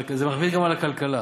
זה מכביד גם על הכלכלה.